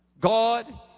God